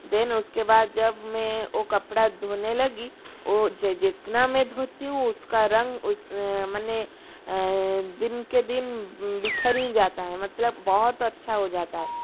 दिन उसके बाद जब मैं ओ कपड़ा धोने लगी ओ जितना मैं धोती हूँ उसका रंग मने दिन के दिन बिखर ही जाता है मतलब बहुत अच्छा हो जाता है